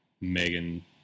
Megan